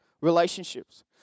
relationships